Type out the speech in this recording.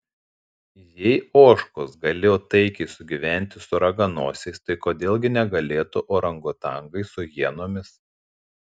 jei ožkos galėjo taikiai sugyventi su raganosiais tai kodėl gi negalėtų orangutangai su hienomis